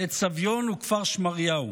את סביון וכפר שמריהו,